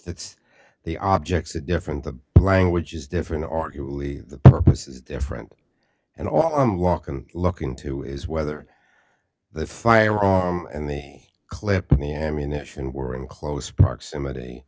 that the objects a different language is different arguably the purpose is different and all i'm walkin looking into is whether the firearm and me clips me ammunition were in close proximity